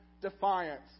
defiance